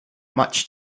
much